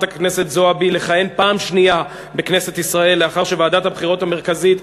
הכנסת זועבי לכהן פעם שנייה בכנסת ישראל לאחר שוועדת הבחירות המרכזית,